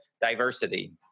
diversity